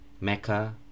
Mecca